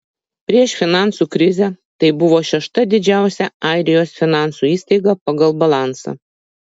prieš finansų krizę tai buvo šešta didžiausia airijos finansų įstaiga pagal balansą